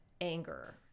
anger